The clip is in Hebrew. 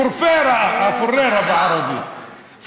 פורפרה, אז